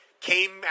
came